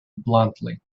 bluntly